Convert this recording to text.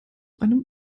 einem